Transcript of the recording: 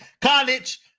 college